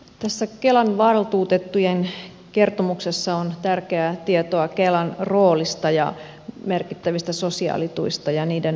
tässä kelan valtuutettujen kertomuksessa on tärkeää tietoa kelan roolista sekä merkittävistä sosiaalituista ja niiden riittävyydestä